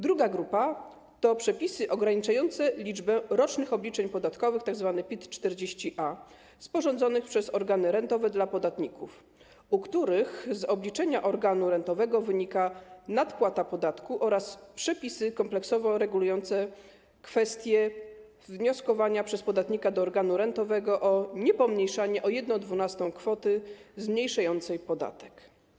Druga grupa to przepisy ograniczające liczbę rocznych obliczeń podatkowych, tzw. PIT 40-A, sporządzonych przez organy rentowe dla podatników, u których z obliczenia organu rentowego wynika nadpłata podatku, oraz przepisy kompleksowo regulujące kwestie wnioskowania przez podatnika do organu rentowego o niepomniejszanie o 1/12 kwoty zmniejszającej podatek.